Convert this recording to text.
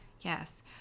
Yes